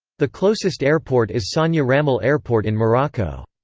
the closest airport is sania ramel airport in morocco.